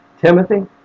Timothy